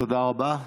תודה רבה.